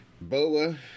Boa